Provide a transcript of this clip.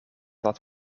dat